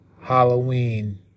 Halloween